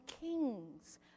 kings